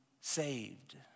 saved